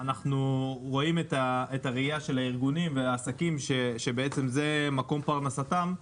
אנחנו רואים את הראייה של הארגונים והעסקים שזה מקור פרנסתם.